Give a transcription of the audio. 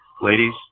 Ladies